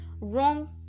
wrong